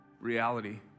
reality